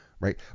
Right